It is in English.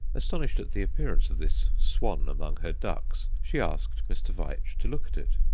astonished at the appearance of this swan among her ducks, she asked mr. veitch to look at it.